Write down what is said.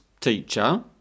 teacher